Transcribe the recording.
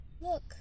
look